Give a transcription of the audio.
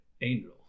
angel